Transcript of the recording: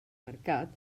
mercat